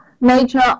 nature